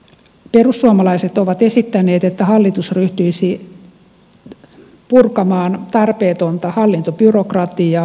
perussuomalaiset ovat esittäneet että hallitus ryhtyisi purkamaan tarpeetonta hallintobyrokratiaa